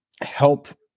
help